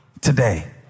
today